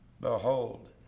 Behold